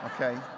Okay